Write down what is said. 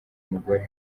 mugore